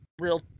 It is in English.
real